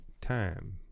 Time